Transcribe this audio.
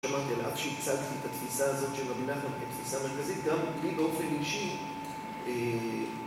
אמרתי לה, עד שהצגתי את התפיסה הזאת של רמי נחמן, כתפיסה המרכזית, גם היא באופן אישי...